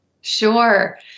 Sure